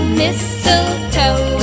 mistletoe